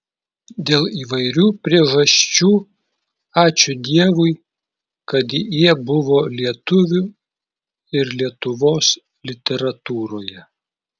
dėl įvairių priežasčių ačiū dievui kad jie buvo lietuvių ir lietuvos literatūroje